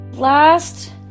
Last